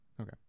okay